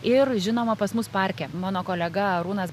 ir žinoma pas mus parke mano kolega arūnas